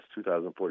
2014